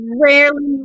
rarely